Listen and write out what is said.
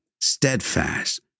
steadfast